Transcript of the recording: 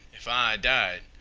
if i died,